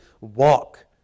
walk